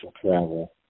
travel